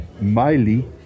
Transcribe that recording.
Miley